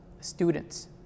students